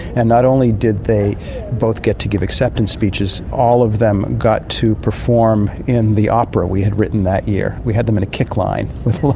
and not only did they both get to give acceptance speeches, all of them got to perform in the opera we had written that year. we had them in a kick-line with